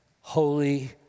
holy